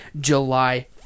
July